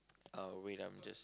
uh wait I'm just